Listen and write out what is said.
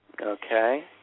Okay